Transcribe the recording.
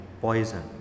poison